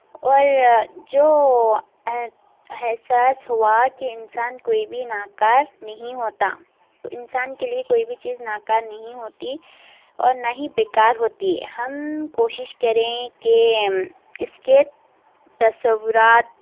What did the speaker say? اور جو اح احساس ہوا کہ انسان کوئی بھی ناکار نہیں ہوتا انسان کے لئے کوئی بھی چیز ناکار نہیں ہوتی اور نہ ہی بیکار ہوتی ہے ہم کوشش کریں کہ اس کے تصورات